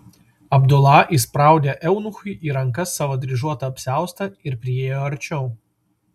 abdula įspraudė eunuchui į rankas savo dryžuotą apsiaustą ir priėjo arčiau